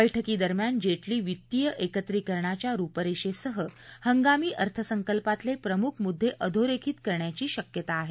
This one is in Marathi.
बैठकीदरम्यान जेटली वित्तीय एकत्रीकरणाच्या रुपरेषेसह हंगामी अर्थसंकल्पातले प्रमुख मुद्दे अधोरेखित करण्याची शक्यता हे